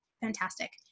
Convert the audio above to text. fantastic